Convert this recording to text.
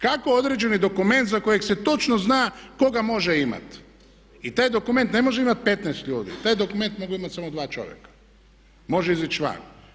Kako određeni dokument za kojeg se točno zna tko ga može imati, i taj dokument ne može imati 15 ljudi, taj dokument mogu imati samo dva čovjeka, može izići van?